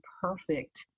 perfect